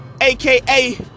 aka